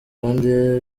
kandi